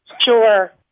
Sure